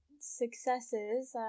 successes